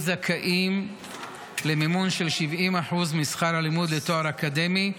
זכאים למימון של 70% משכר הלימוד לתואר אקדמי,